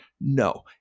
No